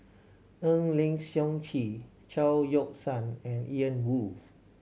Eng Lee Seok Chee Chao Yoke San and Ian Woo